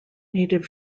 native